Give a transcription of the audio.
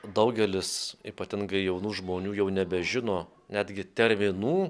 daugelis ypatingai jaunų žmonių jau nebežino netgi terminų